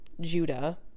Judah